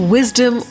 Wisdom